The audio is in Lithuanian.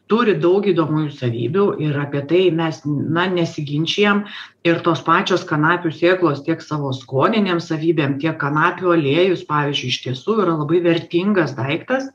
turi daug gydomųjų savybių ir apie tai mes na nesiginčijam ir tos pačios kanapių sėklos tiek savo skoninėm savybėm tiek kanapių aliejus pavyzdžiui iš tiesų yra labai vertingas daiktas